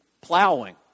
plowing